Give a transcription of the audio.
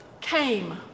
came